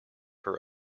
her